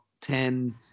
ten